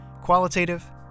Qualitative